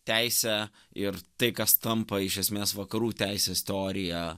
teise ir tai kas tampa iš esmės vakarų teisės teorija